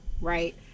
right